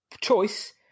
choice